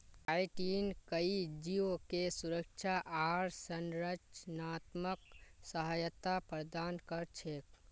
chitin कई जीवके सुरक्षा आर संरचनात्मक सहायता प्रदान कर छेक